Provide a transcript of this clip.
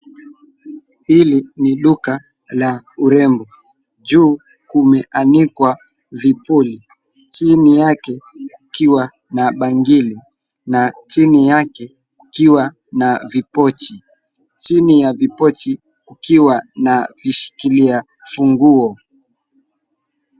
Hili ni duka la urembo, juu, kumeanikwa vipuli, chini yake, ikiwa na bangili, na chini yake, ikiwa na vipochi. Chini ya vipochi kukiwa na vishikilia funguo.